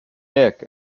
nick